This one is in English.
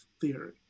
theory